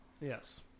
yes